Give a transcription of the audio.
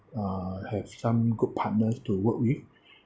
uh have some good partners to work with